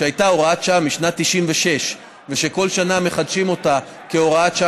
שהייתה הוראת שעה משנת 1996 ובכל שנה מחדשים אותה כהוראת שעה,